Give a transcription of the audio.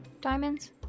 diamonds